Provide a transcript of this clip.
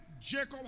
Jacob